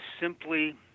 simply